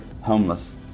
homeless